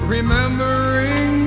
Remembering